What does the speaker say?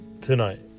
tonight